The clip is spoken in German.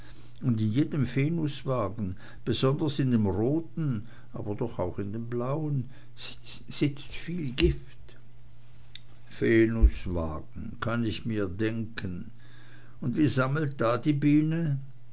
und in jedem venuswagen besonders in dem roten aber doch auch in dem blauen sitzt viel gift venuswagen kann ich mir denken und wie sammelt da die biene